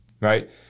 right